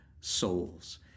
souls